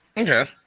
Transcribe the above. Okay